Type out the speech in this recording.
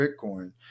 Bitcoin